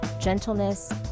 gentleness